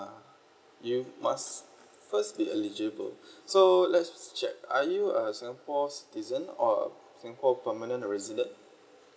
you must firstly eligible so let's just check are you a singapore citizen or a singapore permanent resident